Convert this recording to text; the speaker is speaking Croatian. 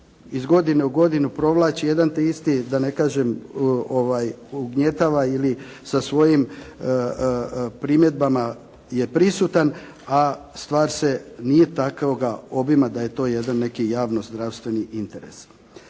iz godine u godinu provlači jedno te isti ili kažem ugnjetava ili sa svojim primjedbama je prisutan a stvar nije takvoga obima da je to jedan neki javno zdravstveni interes.